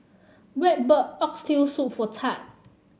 Webb bought Oxtail Soup for Thad